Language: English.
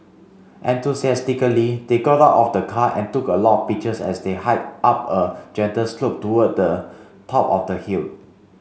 enthusiastically they got out of the car and took a lot pictures as they hiked up a gentle slope towards the top of the hill